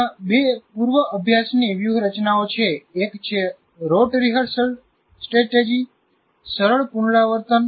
ત્યાં બે પૂર્વ અભ્યાસની વ્યૂહરચનાઓ છે એક છે રોટ રિહર્સલ સ્ટ્રેટેજી જેનાથી આપણે બધા પરિચિત છીએ સરળ પુનરાવર્તન